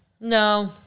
no